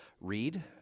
read